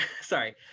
Sorry